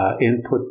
input